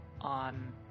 on